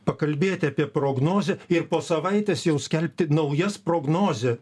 pakalbėti apie prognozę ir po savaitės jau skelbti naujas prognozę